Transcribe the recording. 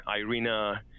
Irina